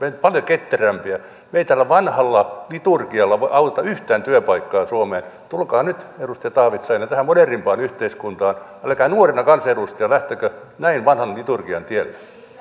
meidän pitää olla paljon ketterämpiä me emme tällä vanhalla liturgialla auta yhtään työpaikkaa suomeen tulkaa nyt edustaja taavitsainen tähän modernimpaan yhteiskuntaan älkää nuorena kansanedustajana lähtekö näin vanhan liturgian tielle